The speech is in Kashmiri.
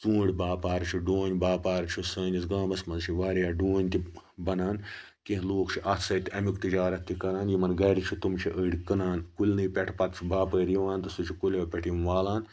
ژوٗنٛٹھۍ باپار چھُ ڈوٗنۍ باپار چھُ سٲنِس گامَس منٛز چھِ واریاہ ڈوٗنۍ تہِ بَنان کینٛہہ لُکھ چھِ اَتھ سۭتۍ اَمیُک تِجارت تہِ کران یِمن گَرِ چھِِ تِم چھِ أڑۍ کٕنان کُلنٕے پٮ۪ٹھ پتہٕ چھُ باپٲرۍ یِوان تہٕ سُہ چھُ کُلیو پٮ۪ٹھ یِم والان